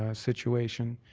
ah situation?